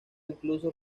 incluso